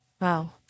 Wow